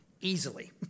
easily